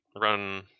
run